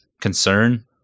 concern